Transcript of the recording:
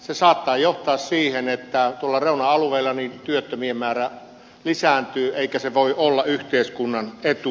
se saattaa johtaa siihen että tuolla reuna alueilla työttömien määrä lisääntyy eikä se voi olla yhteiskunnan etu